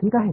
ठीक आहे